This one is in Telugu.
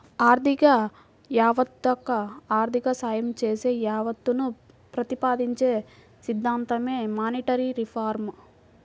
ఆర్థిక యావత్తకు ఆర్థిక సాయం చేసే యావత్తును ప్రతిపాదించే సిద్ధాంతమే మానిటరీ రిఫార్మ్